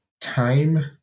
time